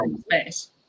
space